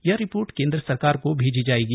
यह रिपोर्ट केंद्र सरकार को भेजी जाएगी